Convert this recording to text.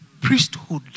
priesthood